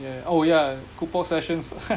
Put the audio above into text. yeah yeah oh yeah coupon sessions